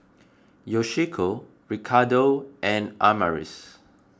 Yoshiko Ricardo and Amaris